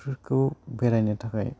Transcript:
बेफोरखौ बेरायनो थाखाय